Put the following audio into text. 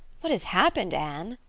what has happened, anne?